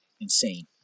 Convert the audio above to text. insane